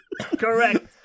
Correct